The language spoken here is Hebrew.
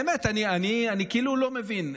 באמת, אני כאילו לא מבין.